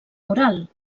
mural